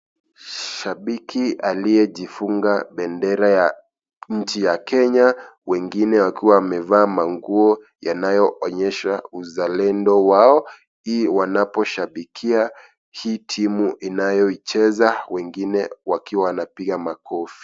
Shabiki aliyejifunga bendera ya nchi ya Kenya, wengine wakiwa wamevaa manguo yanayoonyesha uzalendo wao. Hii wanaposhabikia hii timu inayocheza, wengine wakiwa wanapiga makofi.